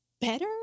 better